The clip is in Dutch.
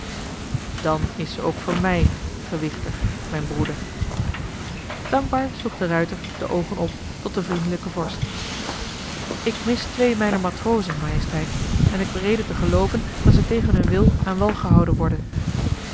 dan is ze ook voor mij gewichtig mijn broeder dankbaar sloeg de ruijter de oogen op tot den vriendelijken vorst ik mis twee mijner matrozen majesteit en ik heb reden te gelooven dat ze tegen hun wil aan wal gehouden worden